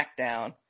SmackDown